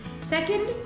Second